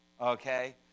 okay